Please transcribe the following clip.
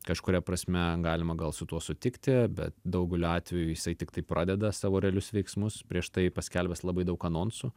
kažkuria prasme galima gal su tuo sutikti bet daugeliu atvejų jisai tiktai pradeda savo realius veiksmus prieš tai paskelbęs labai daug anonsų